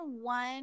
one